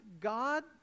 God